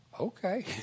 okay